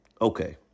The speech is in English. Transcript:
Okay